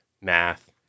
math